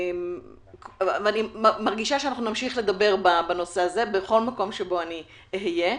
אני מרגישה שנמשיך לדבר בנושא הזה בכל מקום שבו אהיה.